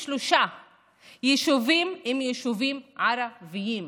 33 יישובים, הם יישובים ערביים.